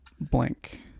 blank